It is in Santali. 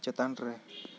ᱪᱮᱛᱟᱱ ᱨᱮ